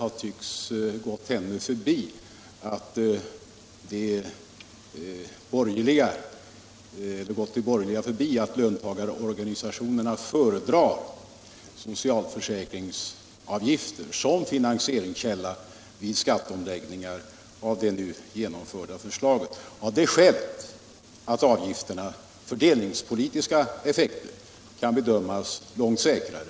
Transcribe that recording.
Jag vill bara påpeka en sak, nämligen att det tycks ha gått de borgerliga förbi att löntagarorganisationerna föredrar höjda socialförsäkringsavgifter som finansieringskälla vid skatteomläggningar av det nu genomförda slaget, av det skälet att avgifternas fördelningspolitiska effekter kan bedömas långt säkrare.